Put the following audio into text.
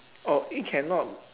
oh it cannot